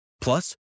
Plus